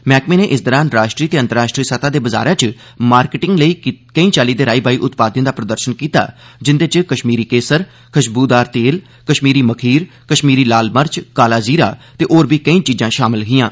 मैह्कमे नै इस दौररान राश्ट्री ते अंतर्राष्ट्री सतह दे बजार च मार्किटिंग लेई केई चाल्ली दे राई बाई उत्पादें दा प्रदर्षन कीता जिंदे च कष्मीरी केसर खुषबुदार तेल कष्मीरी मखीर कष्मीरी लाल मर्च काला ज़ीरा ते होर बी केई चीजां षामल हिआं